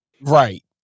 Right